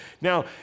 Now